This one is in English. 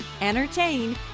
entertain